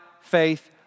faith